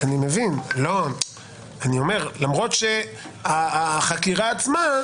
אני אומר שלמרות שהחקירה עצמה,